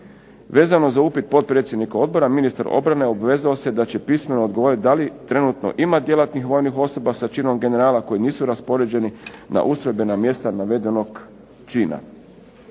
Vezano za upit potpredsjednika odbora ministar obrane obvezao se da će pismeno odgovorit da li trenutno ima djelatnih vojnih osoba sa činom generala koji nisu raspoređeni na ustrojbena mjesta navedenog čina.